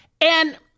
And-